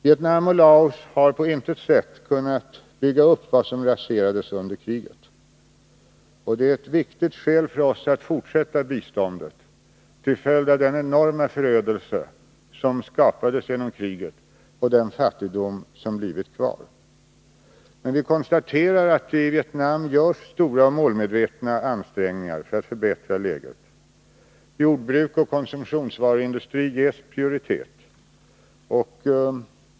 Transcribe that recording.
Vietnam och Laos har på intet sätt kunnat bygga upp vad som raserades under kriget. Det är ett viktigt skäl för oss att kunna fortsätta biståndet till följd av den enorma förödelse som skapades genom kriget och den fattigdom som blivit kvar. Men vi konstaterar att det i Vietnam görs stora och målmedvetna ansträngningar för att förbättra läget. Jordbruk och konsumtionsvaruindustri ges prioritet.